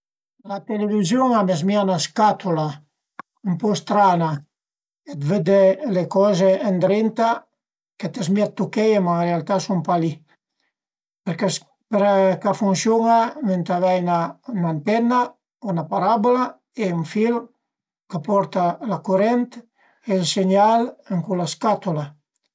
La televiziun a më zmìa 'na scatula ën po strana, t'vëdde le coze ëndrinta ch'a të zmìa dë tuché, ma ën realtà a sun pa li. Për che a funsiun-a ëntà avei üna antenna o 'na parabula e ën fil ch'a porta la curent e ël segnal ën cula scatula.